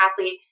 athlete